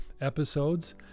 episodes